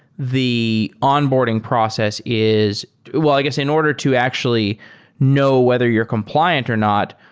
the onboarding process is well, i guess in order to actually know whether you're compliant or not,